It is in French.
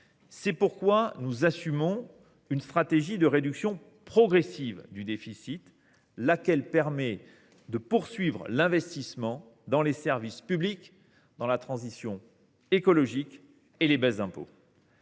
C’est pourquoi nous assumons une stratégie de réduction progressive du déficit, laquelle permet de poursuivre l’investissement dans les services publics et dans la transition écologique et de faire baisser les impôts.